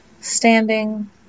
standing